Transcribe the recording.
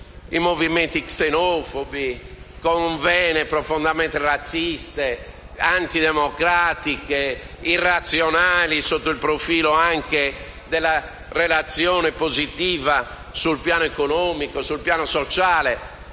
i movimenti xenofobi, con vene profondamente razziste, antidemocratiche e irrazionali, anche sotto il profilo della relazione positiva sul piano economico e sociale.